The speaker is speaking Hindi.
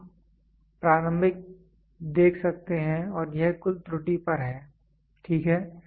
हम प्रारंभिक देख सकते हैं और यह कुल त्रुटि पर है ठीक है